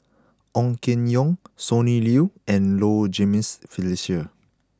Ong Keng Yong Sonny Liew and Low Jimenez Felicia